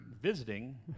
visiting